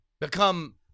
become